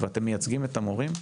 ואתם מייצגים את המורים,